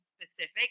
specific